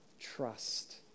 Trust